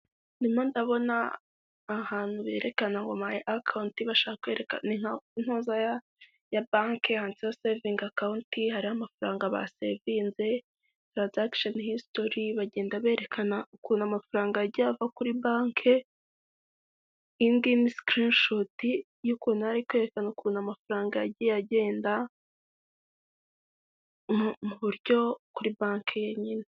Ndimo ndabona ahantu berekana ngo my account bashaka kwerekana ni nka nuza ya Banke handitseho saving account harimo amafaranga basevinze, transaction history bagenda berekana ukuntu amafaranga yagiye ava kuri Banke, iyi ngiyi ni screenshot y'ukuntu yari ari kwerekana ukuntu amafaranga yagiye agenda mu buryo kuri Banke yanyine.